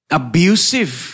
abusive